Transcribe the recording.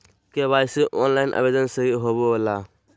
KYC online आवेदन से होवे ला?